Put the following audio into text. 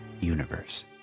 universe